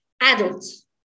adults